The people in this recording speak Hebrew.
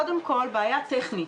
קודם כל בעיה טכנית,